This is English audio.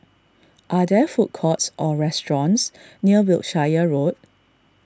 are there food courts or restaurants near Wiltshire Road